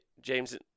James